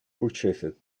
purchased